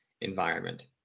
environment